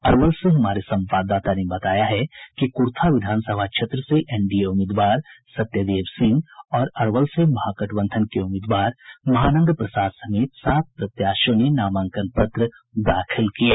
अरवल से हमारे संवाददाता ने बताया है कि कुर्था विधानसभा क्षेत्र से एनडीए उम्मीदवार सत्यदेव सिंह और अरवल से महागठबंधन के उम्मीदवार महानंद प्रसाद समेत सात प्रत्याशियों ने नामांकन पत्र दाखिल किये